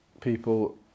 people